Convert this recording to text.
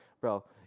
bro